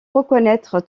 reconnaître